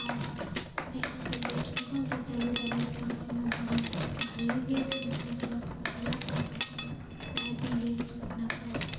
ᱟᱨ ᱦᱮᱡ ᱠᱟᱛᱮ ᱵᱮᱵᱥᱟ ᱠᱚᱦᱚ ᱠᱚ ᱪᱟᱹᱞᱩ ᱫᱟᱲᱮᱭᱟᱛᱟ ᱠᱚ ᱠᱟᱱᱟ ᱫᱚᱢᱮ ᱵᱷᱟᱜᱮᱜᱮ ᱥᱚᱝᱥᱟᱨ ᱫᱚ ᱪᱟᱞᱟᱜ ᱠᱟᱱ ᱛᱟᱠᱳᱣᱟ ᱥᱮ ᱟᱹᱰᱤᱭᱮ ᱱᱟᱯᱟᱭ